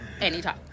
anytime